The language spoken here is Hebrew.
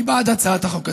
אני בעד הצעת החוק הזאת,